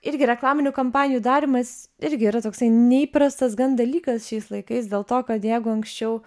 irgi reklaminių kampanijų darymas irgi yra toksai neįprastas gan dalykas šiais laikais dėl to kad jeigu anksčiau